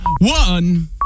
one